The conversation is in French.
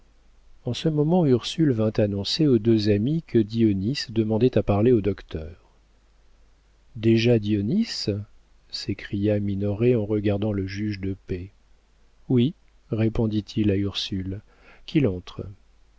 en ce moment ursule vint annoncer aux deux amis que dionis demandait à parler au docteur déjà dionis s'écria minoret en regardant le juge de paix oui répondit-il à ursule qu'il entre